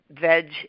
Veg